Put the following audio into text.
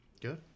good